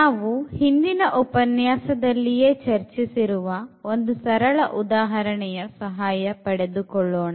ನಾವು ಹಿಂದಿನ ಉಪನ್ಯಾಸದಲ್ಲಿಯೇ ಚರ್ಚಿಸಿರುವ ಒಂದು ಸರಳ ಉದಾಹರಣೆಯ ಸಹಾಯ ಪಡೆದುಕೊಳ್ಳೋಣ